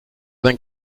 vingt